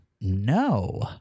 no